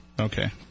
Okay